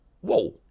whoa